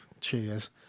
cheers